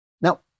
Now